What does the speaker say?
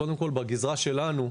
קודם כל בגזרה שלנו,